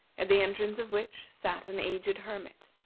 at the entrance of which sat an aged hermit.